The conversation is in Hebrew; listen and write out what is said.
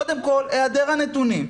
קודם כל היעדר הנתונים.